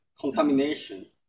contamination